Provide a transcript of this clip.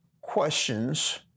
questions